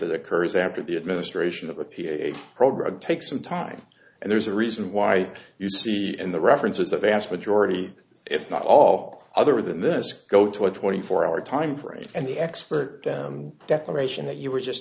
that occurs after the administration of a ph program takes some time and there's a reason why you see in the references the vast majority if not all other than this go to a twenty four hour time frame and the expert declaration that you were just